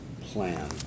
plan